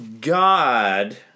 God